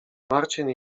marcin